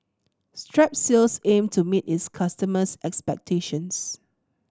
strepsils aim to meet its customers' expectations